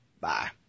Bye